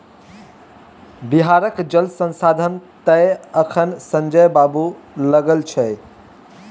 बिहारक जल संसाधन तए अखन संजय बाबू लग छै